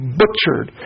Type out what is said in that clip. butchered